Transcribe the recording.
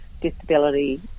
disability